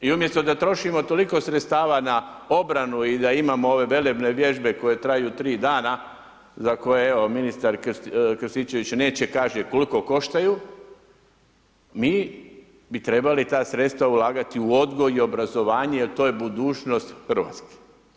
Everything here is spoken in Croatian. I umjesto da trošimo toliko sredstava na obranu i da imamo ove velebne vježbe koje traju 3 dana, za koje, evo, ministar Krstićević neće kaže koliko koštaju, mi bi trebali ta sredstva ulagati u odgoj i obrazovanje jer to je budućnost Hrvatske.